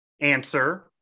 answer